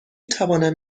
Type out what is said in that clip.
توانم